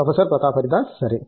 professor Pratap Haridas సరే